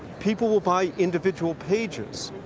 people will buy individual pages.